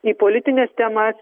į politines temas